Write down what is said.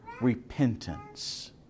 repentance